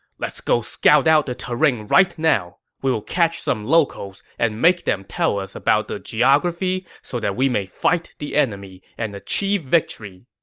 let's go scout out the terrain right now. we'll catch some locals and make them tell us about the geography so that we may fight the enemy and achieve victory.